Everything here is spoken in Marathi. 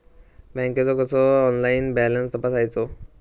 बँकेचो कसो ऑनलाइन बॅलन्स तपासायचो?